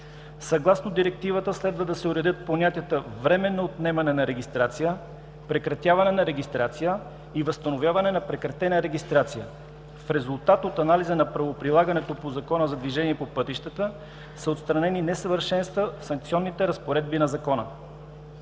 Съгласно Директивата следва да се уредят понятията „временно отнемане на регистрация”, „прекратяване на регистрация” и „възстановяване на прекратена регистрация”. В резултат от анализа на правоприлагането по ЗДвП са отстранени несъвършенства в санкционните разпоредби на Закона.